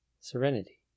serenity